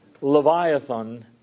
Leviathan